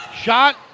shot